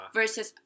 Versus